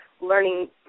learning